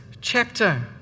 chapter